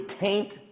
taint